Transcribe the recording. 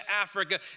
Africa